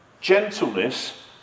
gentleness